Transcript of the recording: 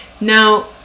Now